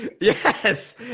Yes